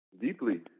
Deeply